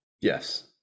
Yes